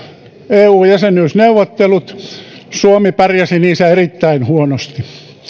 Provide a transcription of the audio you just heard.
eu jäsenyysneuvottelut suomi pärjäsi niissä erittäin huonosti